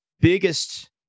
biggest